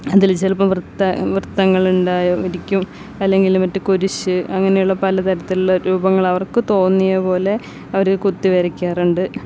അതിൽ ചിലപ്പം വൃത്ത വൃത്തങ്ങളിലുണ്ടായ ഇരിക്കും അല്ലെങ്കിൽ മറ്റ് കുരിശ് അങ്ങനെയുള്ള പലതരത്തിലുള്ള രൂപങ്ങൾ അവർക്ക് തോന്നിയ പോലെ അവർ കുത്തിവരക്കാറുണ്ട്